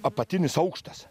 apatinis aukštas